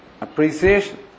appreciation